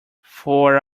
four